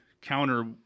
counter